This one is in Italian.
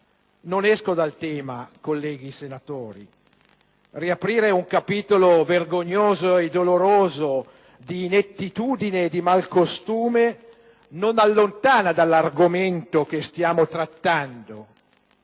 Nonesco dal tema, colleghi senatori. Riaprire un capitolo vergognoso e doloroso di inettitudine e di malcostume non allontana dall'argomento che stiamo trattando,